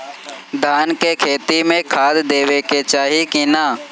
धान के खेती मे खाद देवे के चाही कि ना?